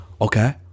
Okay